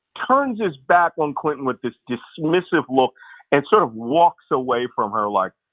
turns his back on clinton with this dismissive look and sort of walks away from her, like,